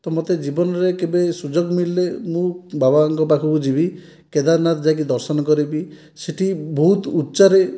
ତ ମତେ ଜୀବନରେ କେବେ ସୁଯୋଗ ମିଳିଲେ ମୁଁ ବାବାଙ୍କ ପାଖକୁ ଯିବି କେଦାରନାଥ ଯାଇକି ଦର୍ଶନ କରିବି ସେଇଠି ବହୁତ ଉଚ୍ଚରେ